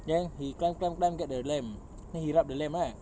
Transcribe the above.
then he climb climb climb get the lamp then he rub the lamp ah